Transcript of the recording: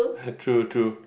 true true